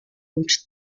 und